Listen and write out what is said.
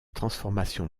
transformations